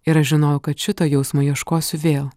ir aš žinojau kad šito jausmo ieškosiu vėl